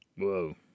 Whoa